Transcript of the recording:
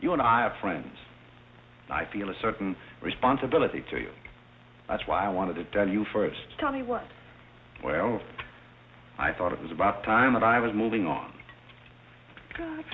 you and i have friends i feel a certain responsibility to you that's why i wanted to tell you first tell me what well i thought it was about time and i was moving on